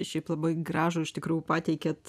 šiaip labai gražų iš tikrųjų pateikėt